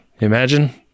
Imagine